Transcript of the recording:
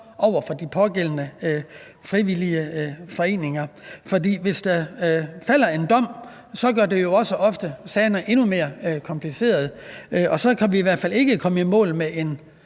over de pågældende frivillige foreninger. For hvis der falder en dom, gør det jo også ofte sagerne endnu mere komplicerede, og så kan vi i hvert fald ikke komme i mål med en